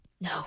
No